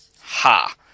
Ha